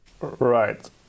Right